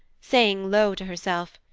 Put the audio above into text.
saying low to herself,